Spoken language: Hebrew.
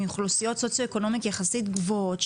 עם אוכלוסיות סוציו-אקונומיות יחסית גבוהות,